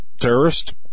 terrorist